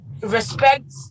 respect